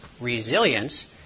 resilience